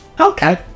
Okay